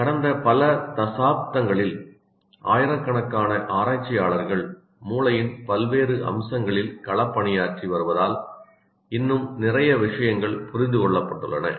கடந்த பல தசாப்தங்களில் ஆயிரக்கணக்கான ஆராய்ச்சியாளர்கள் மூளையின் பல்வேறு அம்சங்களில் களப்பணியாற்றி வருவதால் இன்னும் நிறைய விஷயங்கள் புரிந்து கொள்ளப்பட்டுள்ளன